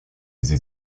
sie